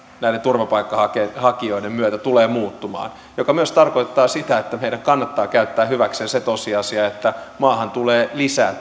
näiden turvapaikanhakijoiden myötä tulee muuttumaan mikä myös tarkoittaa sitä että meidän kannattaa käyttää hyväksemme se tosiasia että maahan tulee lisää